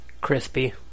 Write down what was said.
crispy